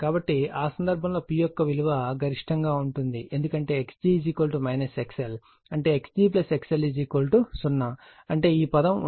కాబట్టి ఆ సందర్భంలో P యొక్క విలువ గరిష్టంగా ఉంటుంది ఎందుకంటే Xg XL అంటే Xg XL 0 అంటే ఈ పదం ఉండదు